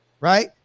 right